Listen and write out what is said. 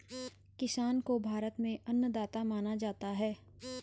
किसान को भारत में अन्नदाता माना जाता है